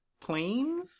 plane